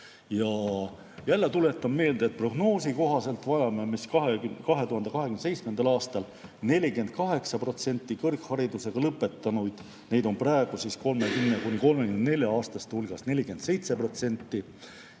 Ja jälle tuletan meelde, et prognoosi kohaselt vajame 2027. aastal 48% kõrgharidusega lõpetanuid, neid on praegu 30–34‑aastaste hulgas 47%,